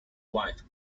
wife